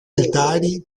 altari